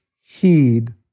heed